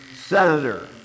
Senator